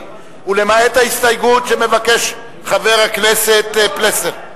ולמעט ההסתייגות שמבקש חבר הכנסת פלסנר,